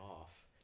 off